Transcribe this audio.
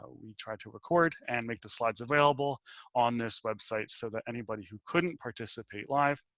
ah we tried to record and make the slides available on this website so that anybody who couldn't participate live.